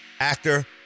actor